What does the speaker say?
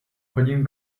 chodím